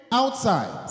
outside